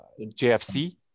JFC